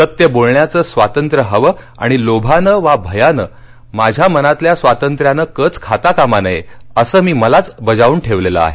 सत्य बोलण्याचे स्वातंत्र्य हवे आणि लोभाने वा भयाने माझ्या मनातल्या स्वातंत्र्याने कच खाता कामा नये असे मी मलाच बजावून ठेवलेले आहे